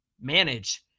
manage